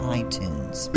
iTunes